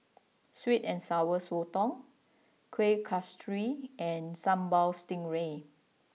Sweet and Sour Sotong Kuih Kasturi and Sambal Stingray